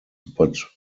but